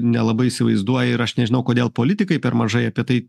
nelabai įsivaizduoji ir aš nežinau kodėl politikai per mažai apie tai